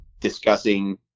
discussing